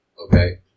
okay